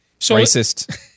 Racist